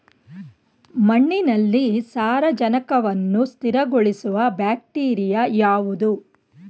ಮಣ್ಣಿನಲ್ಲಿ ಸಾರಜನಕವನ್ನು ಸ್ಥಿರಗೊಳಿಸುವ ಬ್ಯಾಕ್ಟೀರಿಯಾ ಯಾವುದು?